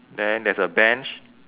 then there's a bench